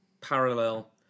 parallel